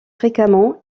fréquemment